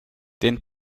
den